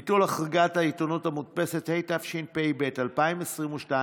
(ביטול החרגת העיתונות המודפסת), התשפ"ב 2022,